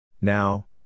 now